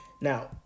Now